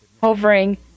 hovering